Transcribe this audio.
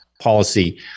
policy